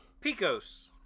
Picos